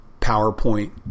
PowerPoint